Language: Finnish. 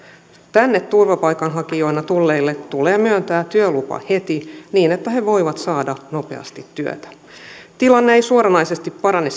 tänne turvapaikanhakijoina tulleille tulee myöntää työlupa heti niin että he voivat saada nopeasti työtä tilanne ei suoranaisesti parane